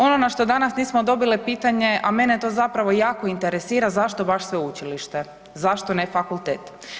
Ono na što danas nismo dobile pitanje, a mene to zapravo jako interesira, zašto baš sveučilište, zašto ne fakultet?